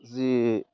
যি